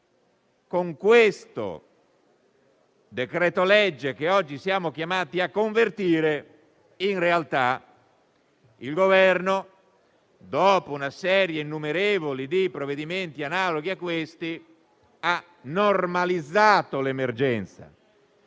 Con il decreto-legge che oggi siamo chiamati a convertire il Governo, dopo una serie innumerevole di provvedimenti analoghi, ha in realtà normalizzato l'emergenza.